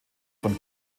von